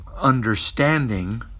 Understanding